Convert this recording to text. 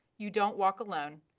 you don't walk alone,